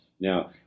Now